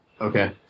Okay